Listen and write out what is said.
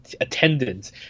attendance